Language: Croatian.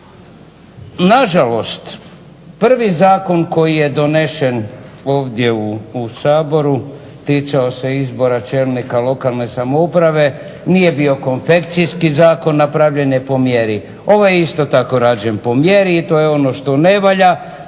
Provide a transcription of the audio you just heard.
Nažalost prvi zakon koji je donesen ovdje u Saboru ticao se izbora čelnika lokalne samouprave. nije bio konfekcijski zakon, napravljan je po mjeri. Ovaj je isto tako rađen po mjeri i to je ono što ne valja,